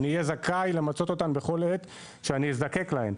אני אהיה זכאי למצות אותן בכל עת שאני אזדקק להן.